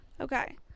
Okay